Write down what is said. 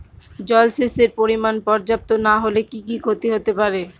জলসেচের পরিমাণ পর্যাপ্ত না হলে কি কি ক্ষতি হতে পারে?